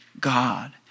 God